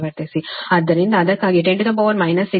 ಆದ್ದರಿಂದ ಅದಕ್ಕಾಗಿಯೇ 10 6 ರಿಂದ ಗುಣಿಸಲಾಗುತ್ತದೆ